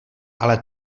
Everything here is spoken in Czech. ale